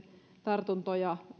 tartuntoja